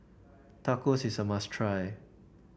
tacos is a must try